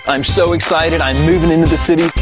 i'm so excited, i'm moving into the city,